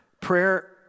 Prayer